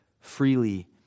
freely